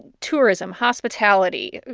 tourism, hospitality,